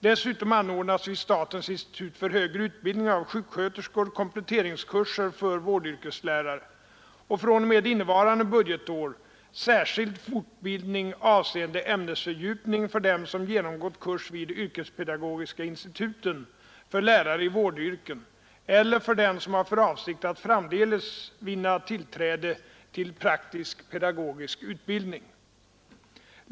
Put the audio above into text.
Dessutom anordnas vid statens institut för högre utbildning av sjuksköterskor kompletteringskurser för vårdyrkeslärare och fr.o.m. innevarande budgetår särskild fortbildning avseende ämnesfördjupning för dem som genomgått kurs vid yrkespedagogiska institutet för lärare i vårdyrken eller för dem som har för avsikt att framdeles vinna tillträde till praktisk pedagogisk utbildning.